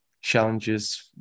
challenges